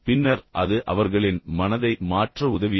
பின்னர் அது அவர்களின் மனதை மாற்ற உதவியது